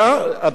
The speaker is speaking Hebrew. אתה יודע מה,